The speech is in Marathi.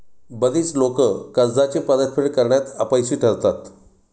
बरीच लोकं कर्जाची परतफेड करण्यात अपयशी ठरतात